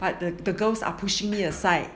that the girls are pushing me aside